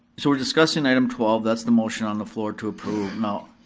so we're discussing item twelve, that's the motion on the floor to approve,